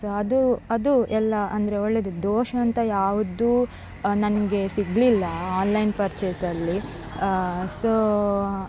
so ಅದು ಅದು ಎಲ್ಲ ಅಂದರೆ ಒಳ್ಳೆದಿತ್ತು ದೋಷ ಅಂತ ಯಾವುದು ನನಗೆ ಸಿಗಲಿಲ್ಲ ಆನ್ಲೈನ್ ಪರ್ಚೇಸಲ್ಲಿ ಸೊ